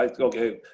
okay